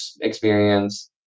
experience